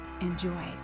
Enjoy